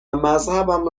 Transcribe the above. مذهبم